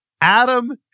Adam